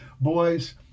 Boys